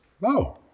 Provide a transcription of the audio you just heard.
No